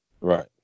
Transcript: Right